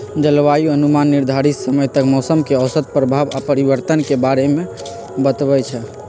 जलवायु अनुमान निर्धारित समय तक मौसम के औसत प्रभाव आऽ परिवर्तन के बारे में बतबइ छइ